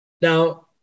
Now